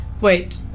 Wait